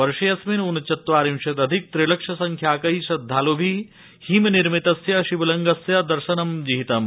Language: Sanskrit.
वर्षेडस्मिन् ऊनचत्वारिशदधिक त्रिलक्ष संख्याकै श्रद्धाल्भि हिम निर्मितस्य शिवलिंगस्य दर्शन विहितम्